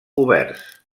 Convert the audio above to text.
oberts